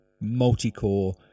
multi-core